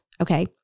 Okay